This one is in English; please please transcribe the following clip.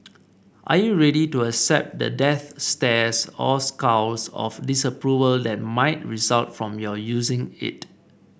are you ready to accept the death stares or scowls of disapproval that might result from